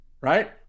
right